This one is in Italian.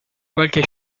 qualche